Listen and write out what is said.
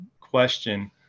question